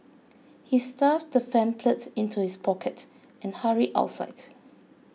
he stuffed the pamphlet into his pocket and hurried outside